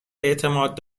اعتماد